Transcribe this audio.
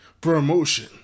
Promotion